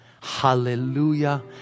Hallelujah